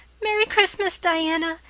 merry christmas, diana!